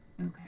Okay